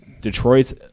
Detroit's